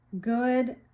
good